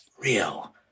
real